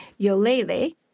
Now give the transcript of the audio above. Yolele